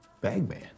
Bagman